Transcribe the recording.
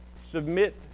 Submit